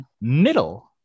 middle